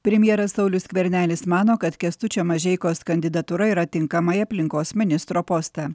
premjeras saulius skvernelis mano kad kęstučio mažeikos kandidatūra yra tinkama į aplinkos ministro postą